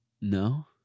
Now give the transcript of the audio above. no